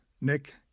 Nick